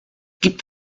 gibt